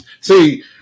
See